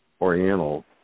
oriental